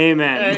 Amen